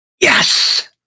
Yes